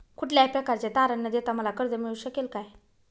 कुठल्याही प्रकारचे तारण न देता मला कर्ज मिळू शकेल काय?